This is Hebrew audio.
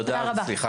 תודה.